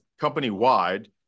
company-wide